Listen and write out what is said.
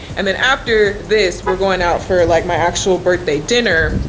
and then after this we're going out for like my actual birthday dinner.